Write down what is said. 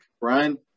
Brian